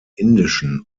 indischen